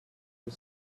the